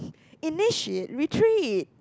initiate retreat